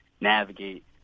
navigate